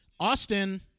Austin